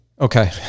Okay